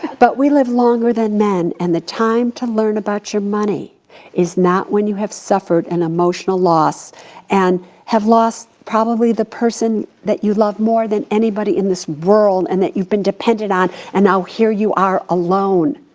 but we live longer than men, and the time to learn about your money is not when you have suffered an emotional loss and have lost probably the person that you love more than anybody in this world and that you've been dependent on. and now here you are alone.